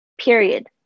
period